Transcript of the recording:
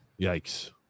Yikes